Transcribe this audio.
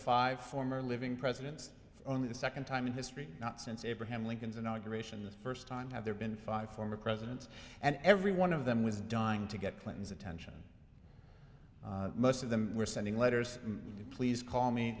five former living presidents only the second time in history not since abraham lincoln's inauguration the first time have there been five former presidents and every one of them was dying to get clinton's attention most of them were sending letters to please call me